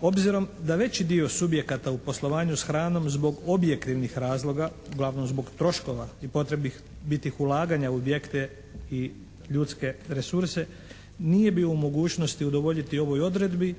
Obzirom da veći dio subjekata u poslovanju s hranom zbog objektivnih razloga, uglavnom zbog troškova i potrebitih ulaganja u objekte i ljudske resurse nije bio u mogućnosti udovoljiti ovoj odredbi.